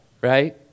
right